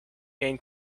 gain